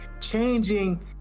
changing